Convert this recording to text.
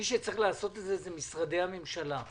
מי שצריך לעשות את זה הם משרדי הממשלה.